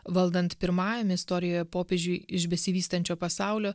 valdant pirmajam istorijoje popiežiui iš besivystančio pasaulio